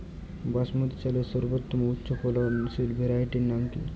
বাসমতী চালের সর্বোত্তম উচ্চ ফলনশীল ভ্যারাইটির নাম কি?